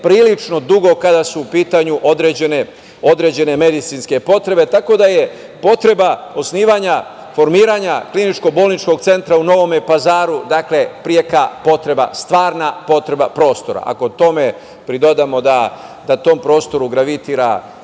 prilično dugo kada su u pitanju određene medicinske potrebe. Tako da je potreba osnivanja, formiranja kliničko-bolničkog centra u Novom Pazaru preka potreba, stvarna potreba prostora. Ako tome pridodamo da na tom prostoru gravitira